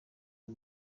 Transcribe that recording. uyu